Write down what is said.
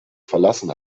verlassen